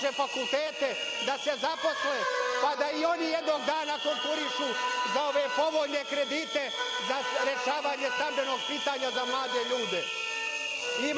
da se zaposle, pa da i oni jednog dana konkurišu za ove povoljne kredite, za rešavanje stambenog pitanja za mlade ljude.